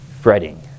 Fretting